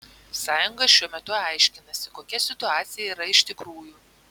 sąjunga šiuo metu aiškinasi kokia situacija yra iš tikrųjų